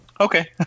Okay